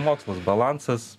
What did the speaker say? mokslas balansas